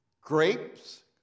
Grapes